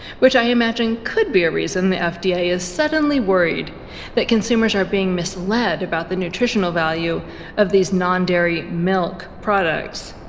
which i imagine could be a reason the fda is suddenly worried that consumers are being misled about the nutritional value of these non-dairy milk products.